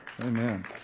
Amen